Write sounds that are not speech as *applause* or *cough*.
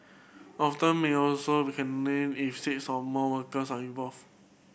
often may also caned *unintelligible* if six or more workers are involved